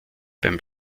beim